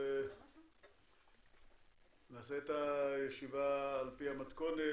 נעשה את הישיבה על פי המתכונת,